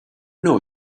know